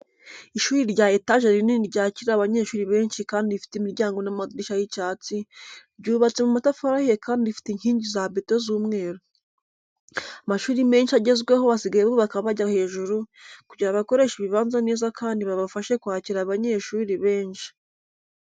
Ishuri rya etaje rinini ryakira abanyeshuri benshi kandi rifite imiryango n'amadirishya y'icyatsi, ryubatse mu matafari ahiye kandi rifite inkingi za beto z'umweru. Amashuri menshi agezweho basigaye bubaka bajya hejuru kugira bakoreshe ibibanza neza kandi babashe kwakira abanyeshuri benshi.